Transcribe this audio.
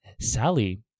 Sally